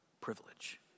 privilege